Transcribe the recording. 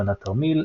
הצפנת תרמיל,